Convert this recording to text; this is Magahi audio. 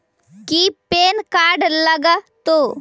की पैन कार्ड लग तै?